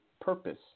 purpose